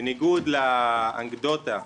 בניגוד לאנקדוטה,